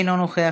אינו נוכח,